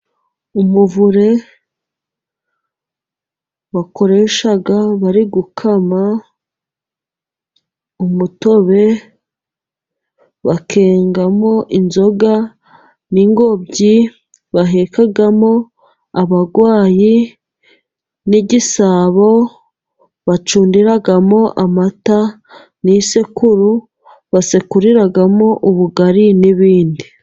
Umuvure bakoresha bari gukama umutobe bakengamo inzoga, n'ingobyi bahekamo abarwayi n'igisabo bacundiramo amata n'isekuru basekuriramo ubugari n'ibindi.